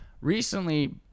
recently